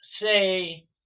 say